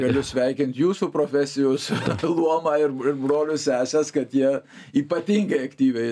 galiu sveikint jūsų profesijos luomą ir ir brolius seses kad jie ypatingai aktyviai